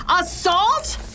Assault